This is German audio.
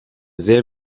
sehr